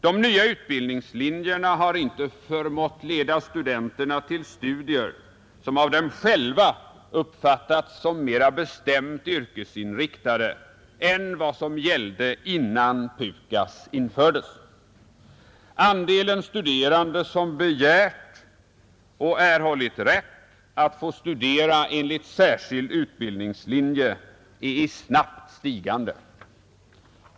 De nya utbildningslinjerna har inte förmått leda studenterna till studier som av dem själva uppfattats som mer bestämt yrkesinriktade än vad som gällde innan PUKAS infördes. Andelen studerande som begärt och erhållit rätt att få studera enligt särskilda utbildningslinjer stiger snabbt.